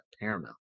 Paramount